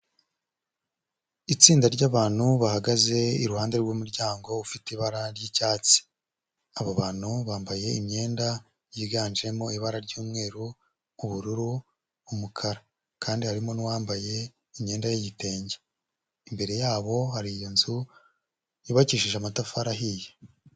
Itsinda ry'abantu bahagaze iruhande rw'umuryango ufite ibara ry'icyatsi, aba bantu bambaye imyenda yiganjemo ibara ry'umweru, ubururu, umukara kandi harimo n'uwambaye imyenda y'igitenge, imbere yabo hari inzu yubakishije amatafari ahiye.